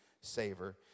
savor